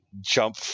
jump